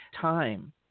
time